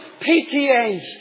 PTAs